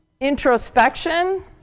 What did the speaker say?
Introspection